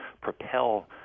propel